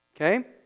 Okay